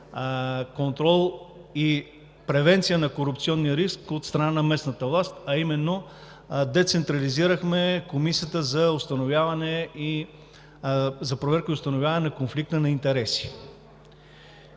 контрол и превенция на корупционния риск от страна на местната власт, а именно децентрализирахме Комисията за проверка и установяване конфликт на интереси.